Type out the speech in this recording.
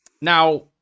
Now